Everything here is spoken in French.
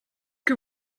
que